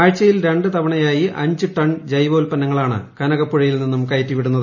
ആഴ്ച്ചയിൽ രണ്ട് തവണയായി അഞ്ച് ടൺ ജൈവോൽപ്പന്നങ്ങളാണ് കനകപ്പുഴയിൽ നിന്നും കയറ്റിവിടുന്നത്